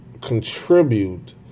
contribute